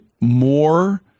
more